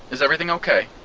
is everything okay?